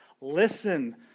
Listen